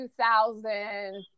2000